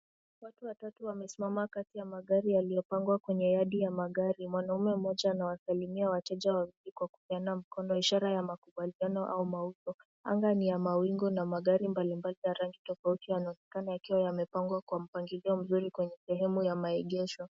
Watu watatu wamesimama kati ya magari yaliyopngwa kwenye yadi ya magari. Mwanamume mmmoja anawasalimia wateja wawili kwa kupeana mkono, ishara ya makubaliano au mauzo. Anga ni ya mawingu na magari mbalimbali ya rangi tofauti yanaonekana yakiwa yamepangwa kwa mpangilio mzuri kwenye sehemu ya maegesho.